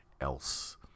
else